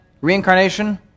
reincarnation